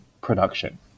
production